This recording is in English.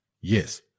Yes